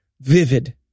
Vivid